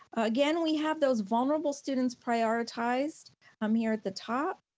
again, we have those vulnerable students prioritized um here at the top,